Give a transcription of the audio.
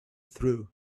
through